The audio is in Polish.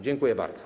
Dziękuję bardzo.